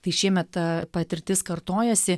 tai šiemet ta patirtis kartojasi